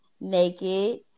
naked